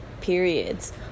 Periods